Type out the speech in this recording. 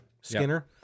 Skinner